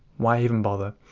why even bother.